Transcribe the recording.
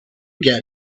get